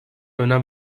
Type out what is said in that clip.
önem